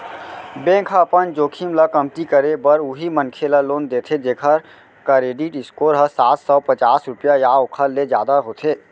bank ह अपन जोखिम ल कमती करे बर उहीं मनखे ल लोन देथे जेखर करेडिट स्कोर ह सात सव पचास रुपिया या ओखर ले जादा होथे